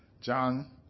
John